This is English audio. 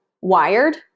wired